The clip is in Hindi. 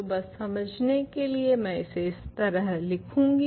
तो बस समझने के लिए मैं इसे इस तरह से लिखूंगी